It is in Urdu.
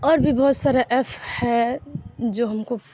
اور بھی بہت سارا ایف ہے جو ہم کو